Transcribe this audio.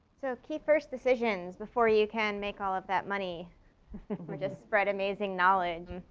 so key first decisions before you can make all of that money or just spread amazing knowledge.